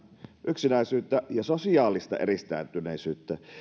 yksinäisyyttä ja sosiaalista eristäytyneisyyttä